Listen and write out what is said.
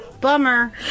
Bummer